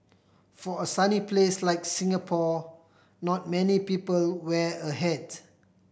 for a sunny place like Singapore not many people wear a hat